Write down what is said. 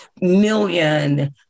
million